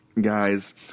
guys